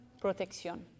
Protección